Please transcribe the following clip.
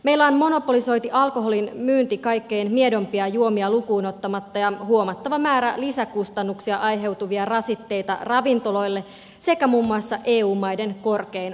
meillä on monopolisoitu alkoholinmyynti kaikkein miedoimpia juomia lukuun ottamatta ja huomattava määrä lisäkustannuksia aiheuttavia rasitteita ravintoloille sekä muun muassa eu maiden korkein olutvero